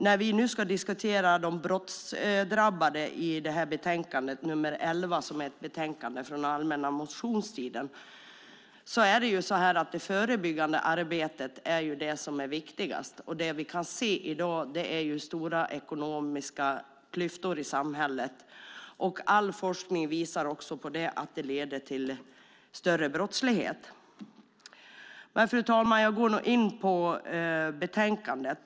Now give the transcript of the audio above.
När vi nu i justitieutskottets betänkande 11 som är ett betänkande från den allmänna motionstiden ska diskutera de brottsdrabbade är det det förebyggande arbetet som är det som är viktigaste. Det vi kan se i dag är stora ekonomiska klyftor i samhället, och all forskning visar också att detta leder till större brottslighet. Fru talman! Jag går nu in på betänkandet.